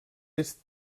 est